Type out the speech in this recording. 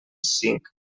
cinc